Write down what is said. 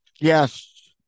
yes